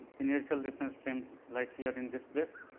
inertial reference frame like here in this place